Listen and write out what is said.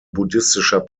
buddhistischer